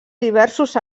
diversos